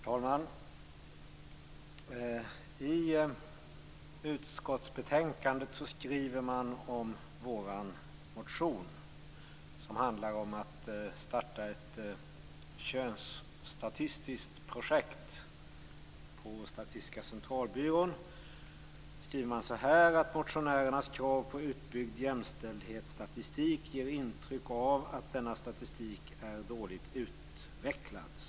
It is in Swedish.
Herr talman! I utskottsbetänkandet skriver man följande om vår motion som handlar om att starta ett könsstatistiskt projekt på Statistiska centralbyrån: "Motionärernas krav på en utbyggd jämställdhetsstatistik ger intryck av att denna statistik är dåligt utvecklad.